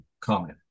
comment